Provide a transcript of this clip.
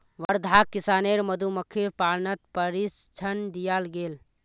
वर्धाक किसानेर मधुमक्खीर पालनत प्रशिक्षण दियाल गेल